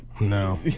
No